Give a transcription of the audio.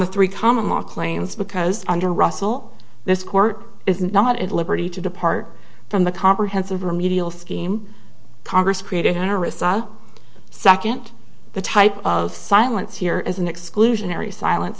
the three common mark lanes because under russell this court is not at liberty to depart from the comprehensive remedial scheme congress created onerous second the type of violence here is an exclusionary silence